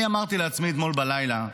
אני אמרתי לעצמי אתמול בלילה: